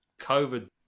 COVID